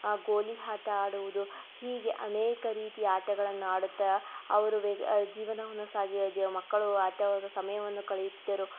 ಗೋಲಿ ಆಟ ಆಡುವುದು ಹೀಗೆ ಅನೇಕ ರೀತಿಯ ಆಟಗಳನ್ನು ಆಡುತ್ತಾ ಅವ್ರು ಜೀವನವನ್ನು ಸಾಗಿ ಮಕ್ಕಳು ಆಟದ ಸಮಯವನ್ನು ಕಳೆಯುತ್ತಿದ್ದರು